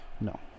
No